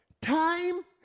Time